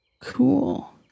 cool